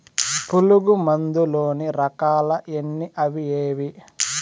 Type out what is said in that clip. పులుగు మందు లోని రకాల ఎన్ని అవి ఏవి?